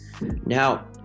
now